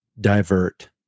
divert